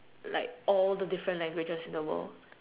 like all the different languages in the world